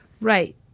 Right